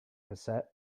cassette